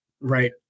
right